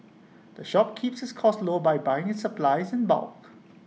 the shop keeps its costs low by buying supplies in bulk